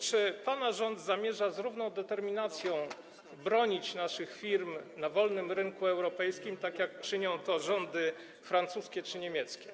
Czy pana rząd zamierza z równą determinacją bronić naszych firm na wolnym rynku europejskim, tak jak czynią to rządy francuski czy niemiecki?